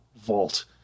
vault